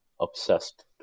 obsessed